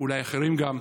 אולי אחרים גם,